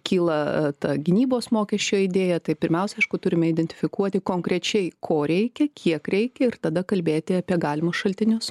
kyla ta gynybos mokesčio idėja tai pirmiausia aišku turime identifikuoti konkrečiai ko reikia kiek reikia ir tada kalbėti apie galimus šaltinius